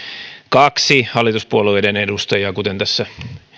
kaksi hallituspuolueiden edustajaa kuten tässä